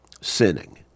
sinning